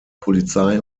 polizei